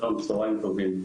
צוהריים טובים,